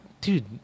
dude